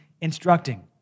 instructing